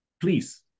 please